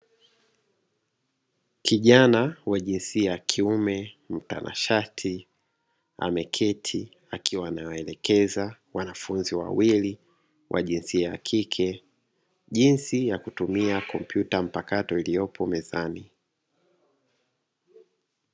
Kijana wa jinsia ya kiume mtanashati, ameketi akiwa anawaelekeza wanafunzi wawili wa jinsia ya kike jinsi ya kutumia kompyuta mpakato iliyopo mezani.